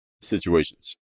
situations